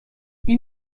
این